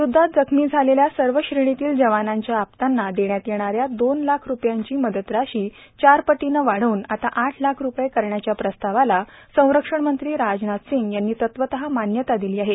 युद्धात जख्मी झालेल्या सर्वश्रेणीतील जवानांच्या आप्तांना देण्यात येणाऱ्या दोन लाख रूपयांची मदतराशी चारपटीनं वाढवून आता आठ लाख रूपये करण्याच्या प्रस्तावाला संरक्षणमंत्री राजनाथ सिंग यांनी तत्वतः मान्यता दिली आहे